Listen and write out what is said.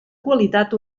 qualitat